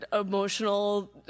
emotional